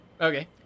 Okay